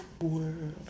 world